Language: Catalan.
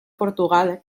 portugal